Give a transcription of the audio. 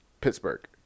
Pittsburgh